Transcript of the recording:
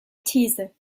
these